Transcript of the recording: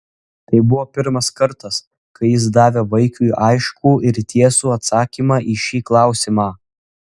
tai buvo pirmas kartas kai jis davė vaikiui aiškų ir tiesų atsakymą į šį klausimą